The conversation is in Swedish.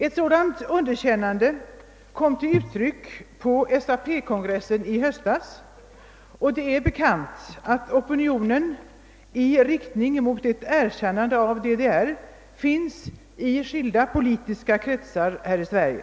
Ett sådant underkännande kom till uttryck på SAP kongressen i höstas, och det är bekant att opinion i riktning mot ett erkännande av DDR finns i skilda politiska kretsar i Sverige.